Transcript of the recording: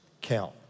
count